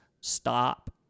stop